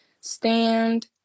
stand